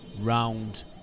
round